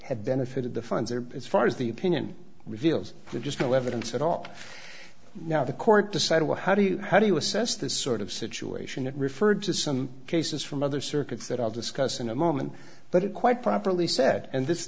had benefited the fines or as far as the opinion reveals just no evidence at all now the court decided well how do you how do you assess this sort of situation it referred to some cases from other circuits that i'll discuss in a moment but it quite properly said and this